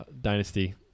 Dynasty